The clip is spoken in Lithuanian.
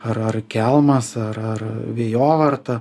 ar ar kelmas ar ar vėjovarta